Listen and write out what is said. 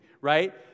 right